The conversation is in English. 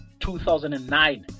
2009